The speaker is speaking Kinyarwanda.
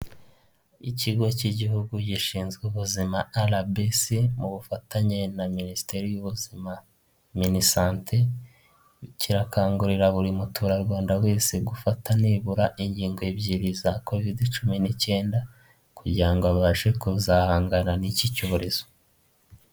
Ikigo cy'igihugu gishinzwe ubuzima RBC mu bufatanye na minisiteri y'ubuzima minisante, kirakangurira buri muturarwanda wese gufata nibura inkingo ebyiri za covid cumi n'icyenda kugirango abashe kuzahangana n'iki cyorezo.